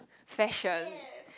fashion